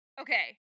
Okay